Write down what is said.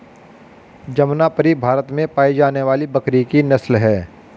जमनापरी भारत में पाई जाने वाली बकरी की नस्ल है